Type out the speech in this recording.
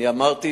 אמרתי,